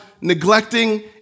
neglecting